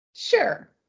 Sure